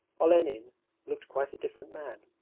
olenin looked quite a different man.